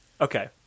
okay